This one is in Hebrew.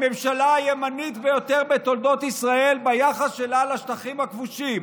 הממשלה הימנית ביותר בתולדות ישראל ביחס שלה לשטחים הכבושים,